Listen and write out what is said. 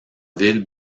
villes